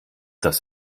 das